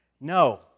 No